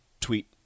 tweet